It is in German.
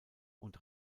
und